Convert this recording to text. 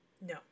No